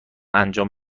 انجام